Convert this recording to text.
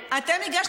מאיפה את מביאה 61?